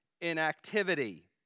inactivity